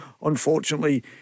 unfortunately